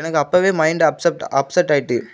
எனக்கு அப்பவே mind upset upset ஆகிட்டு